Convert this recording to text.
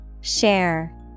Share